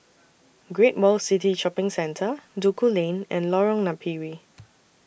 Great World City Shopping Centre Duku Lane and Lorong Napiri